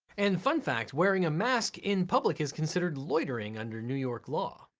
and fun fact, wearing a mask in public is considered loitering under new york law.